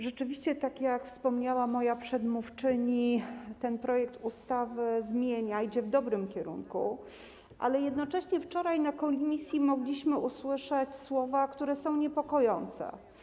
Rzeczywiście, tak jak wspomniała moja przedmówczyni, ten projekt ustawy idzie w dobrym kierunku, ale jednocześnie wczoraj na posiedzeniu komisji mogliśmy usłyszeć słowa, które są niepokojące.